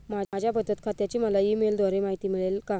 माझ्या बचत खात्याची मला ई मेलद्वारे माहिती मिळेल का?